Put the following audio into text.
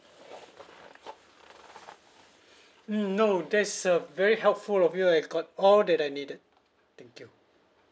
mm no that's uh very helpful of you I had got all that I needed thank you